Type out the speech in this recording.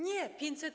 Nie, 500?